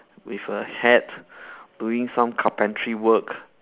with a hat doing some carpentry work